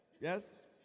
Yes